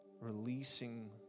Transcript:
releasing